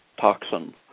toxin